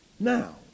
Now